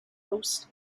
host